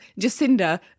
Jacinda